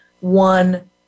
one